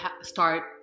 start